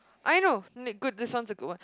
I know good this one is a good one